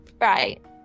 Right